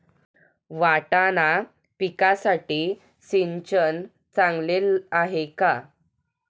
वाटाणा पिकासाठी सिंचन चांगले आहे का?